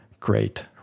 great